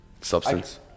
substance